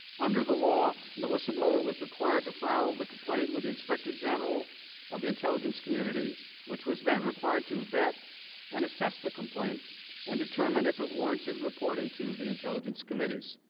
under the law, law, the whistleblower was required to foul the complaint with the inspector general of the intelligence community which was then required to that and assess the complaint and determine if it warranted reporting to the intelligence committees.